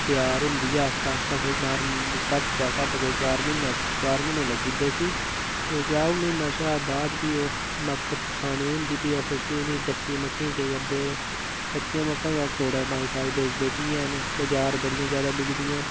त्यार होंदी ऐ आस्तै आस्तै कोई नार्मल घट्ट कशा घट्ट कोई चार म्हीनै चार म्हीनै चार म्हीनै लग्गी दे उसी ते जां हू'न म्हीनै कशा बाद प्ही ओह् मक्क खाने ई होंदी प्ही अस उ'नें कच्चियें मक्कें गी कच्चियां मक्कां बी अस तोड़ा बजार भेजदे बी है'न बजार बड़ियां जादै बिकदियां न